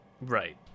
Right